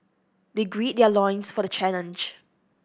they grid their loins for the challenge